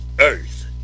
earth